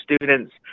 students